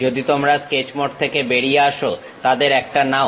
যদি তোমরা sketch mode থেকে বেরিয়ে আসো তাদের একটা নাও